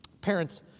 Parents